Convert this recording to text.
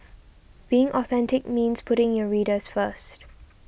being authentic means putting your readers first